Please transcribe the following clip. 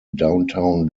downtown